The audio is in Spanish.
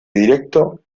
directo